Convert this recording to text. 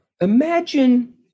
Imagine